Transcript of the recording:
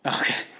Okay